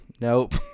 Nope